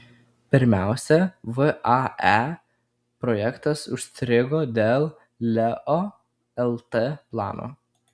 pirmiausia vae projektas užstrigo dėl leo lt plano